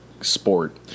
sport